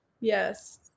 Yes